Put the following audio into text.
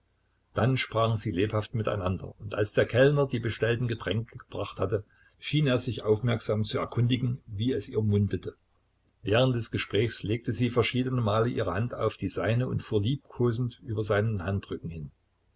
dann sprachen sie lebhaft miteinander und als der kellner die bestellten getränke gebracht hatte schien er sich aufmerksam zu erkundigen wie es ihr mundete während des gesprächs legte sie verschiedene male ihre hand auf die seine und fuhr liebkosend über seinen handrücken hin